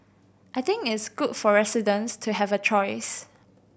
I think it's good for residents to have a choice